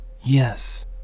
yes